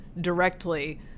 directly